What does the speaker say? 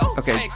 okay